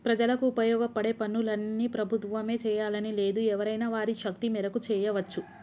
ప్రజలకు ఉపయోగపడే పనులన్నీ ప్రభుత్వమే చేయాలని లేదు ఎవరైనా వారి శక్తి మేరకు చేయవచ్చు